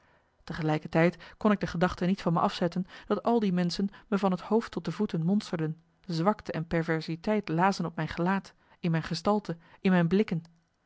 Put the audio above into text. bekentenis ik de gedachte niet van me afzetten dat al die menschen me van het hoofd tot de voeten monsterden zwakte en perversiteit lazen op mijn gelaat in mijn gestalte in mijn blikken